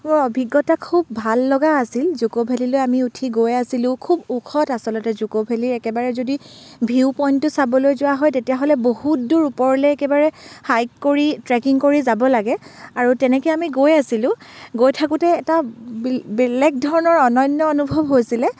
মোৰ অভিজ্ঞতা খুব ভাল লগা আছিল জুক' ভেলীলৈ আমি উঠি গৈ আছিলোঁ খুব ওখত আচলতে জুক' ভেলী একেবাৰে যদি ভিউ পইণ্টটো চাবলৈ যোৱা হয় তেতিয়াহ'লে বহুত দূৰ ওপৰলৈ একেবাৰে হাইক কৰি ট্ৰেকিং কৰি যাব লাগে আৰু তেনেকৈ আমি গৈ আছিলোঁ গৈ থাকোঁতে এটা বি বেলেগ ধৰণৰ অনন্য অনুভৱ হৈছিলে